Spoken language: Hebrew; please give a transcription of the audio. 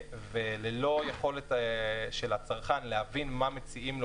ללא יכולת של הצרכן להבין מה מציעים לו